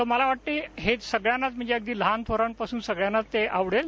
तर मला वाटतं हे सगळ्यांनाच अगदी लहान मुलांपासून सगळ्यांनाच ते आवडेल